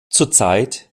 zurzeit